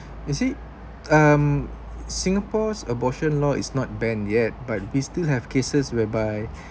is he um singapore's abortion law is not banned yet but we still have cases whereby